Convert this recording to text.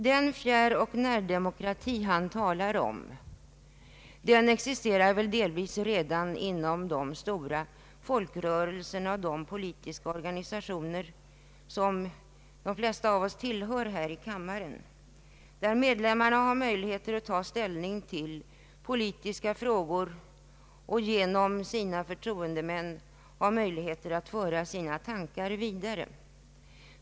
Den fjärroch närdemokrati han talar om existerar väl delvis redan inom de stora folkrörelserna och de politiska organisationer som de flesta av oss tillhör här i kammaren, där medlemmarna har möjligheter att ta ställning till politiska frågor och genom sina förtroendemän kan föra sina tankar vidare.